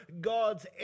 God's